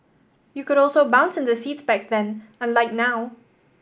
you could also bounce in the seats back then unlike now